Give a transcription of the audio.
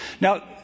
Now